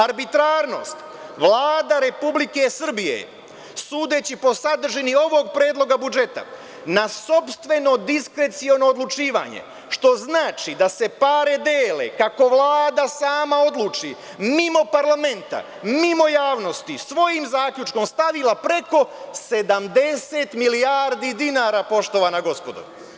Arbitrarnost, Vlada Republike Srbije je sudeći po sadržini ovog predloga budžeta na sopstveno diskreciono odlučivanje, što znači da se pare dele kako Vlada sama odluči mimo parlamenta, mimo javnosti, svojim zaključkom stavila je preko 70 milijardi dinara, poštovana gospodo.